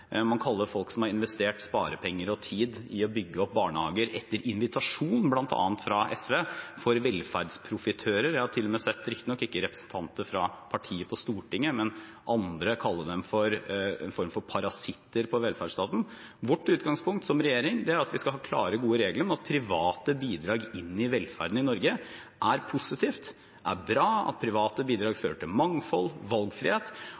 Man kaller folk som har investert sparepenger og tid i å bygge opp barnehager etter invitasjon fra bl.a. SV, for velferdsprofittører. Jeg har til og med sett, riktignok ikke representanter fra partiet på Stortinget, men andre, kalle dem en form for parasitter på velferdsstaten. Vårt utgangspunkt som regjering er at vi skal ha klare, gode regler for at private bidrag inn i velferden i Norge er positivt og bra, at private bidrag fører til mangfold og valgfrihet.